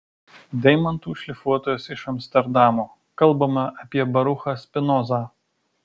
deimantų šlifuotojas iš amsterdamo kalbama apie baruchą spinozą